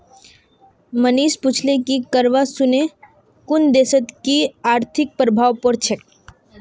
मनीष पूछले कि करवा सने कुन देशत कि आर्थिक प्रभाव पोर छेक